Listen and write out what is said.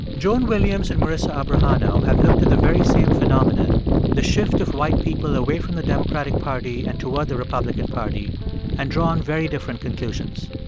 joan williams and marisa abrajano have looked at the very same phenomenon the shift of white people away from the democratic party and toward the republican party and drawn very different conclusions.